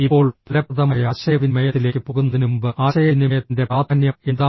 ഇപ്പോൾ ഫലപ്രദമായ ആശയവിനിമയത്തിലേക്ക് പോകുന്നതിനുമുമ്പ് ആശയവിനിമയത്തിന്റെ പ്രാധാന്യം എന്താണ്